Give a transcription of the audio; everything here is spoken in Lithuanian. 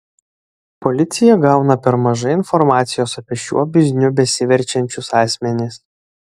policija gauna per mažai informacijos apie šiuo bizniu besiverčiančius asmenis